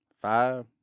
Five